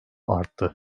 arttı